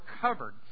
covered